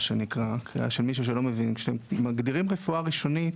שלא מבין כשאתם מגדירים "רפואה ראשונית",